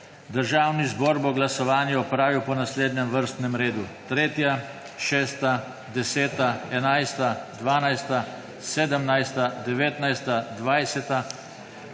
Državni zbor bo glasovanje opravil po naslednjem vrsten redu 3., 6., 10., 11., 12., 17., 19., 20.,